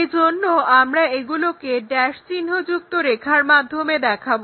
সেইজন্য আমরা এগুলোকে ড্যাশ চিহ্ন যুক্ত রেখার মাধ্যমে দেখাবো